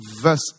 verse